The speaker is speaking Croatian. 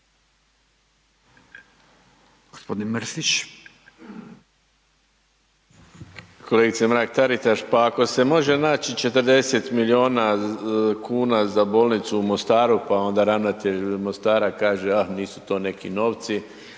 (Demokrati)** Kolegice Mrak-Taritaš, pa ako se može naći 40 milijuna kuna za bolnicu u Mostaru, pa onda ravnatelj Mostara kaže ah nisu to neki novci